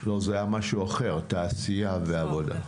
לא זה היה משהו אחר, תעשיה ועבודה,